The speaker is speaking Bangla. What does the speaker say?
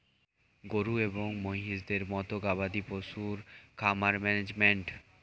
গরু এবং মহিষের মতো গবাদি পশুর খামার ম্যানেজমেন্ট